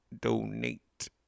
donate